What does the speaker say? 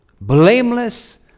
blameless